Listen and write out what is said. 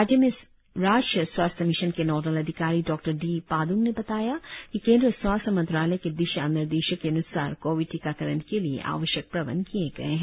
राज्य में राष्ट्रीय स्वास्थ्य मिशन के नोड़ल अधिकारी डॉक्टर डी पादुंग ने बताया कि केंद्रीय स्वास्थ्य मंत्रालय के दिशानिर्देशों के अनुसार कोविड टीकाकरण के लिए आवश्यक प्रबंध किए गए हैं